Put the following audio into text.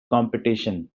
competition